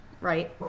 right